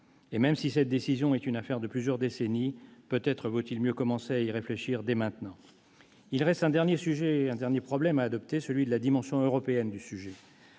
Et même si cette décision est une affaire de plusieurs décennies, peut-être vaut-il mieux commencer à y réfléchir dès maintenant. Il reste un dernier problème à aborder, celui de la dimension européenne du sujet.